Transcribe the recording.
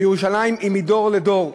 היא מדור לדור.